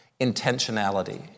intentionality